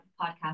podcast